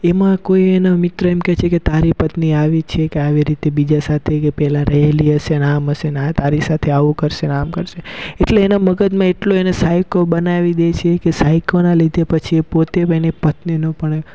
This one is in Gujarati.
એમાં કોઈ એના મિત્ર એમ કે છેકે તારી પત્ની આવી છે કે આવી રીતે બીજા સાથે કે પેલા રહેલી હશેને આમ હશેને આ તારી સાથે આવું કરશેને આમ કરશે એટલે એના મગજમાં એટલું એને સાઇકો બનાવી દેછે કે સાઇકોના લીધે પછી એ પોતે એની પત્નીનું પણ